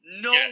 No